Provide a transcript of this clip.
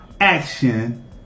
action